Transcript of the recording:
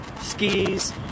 skis